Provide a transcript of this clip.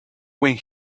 when